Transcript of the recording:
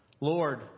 Lord